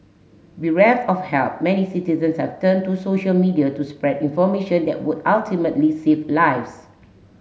bereft of help many citizens have turned to social media to spread information that would ultimately save lives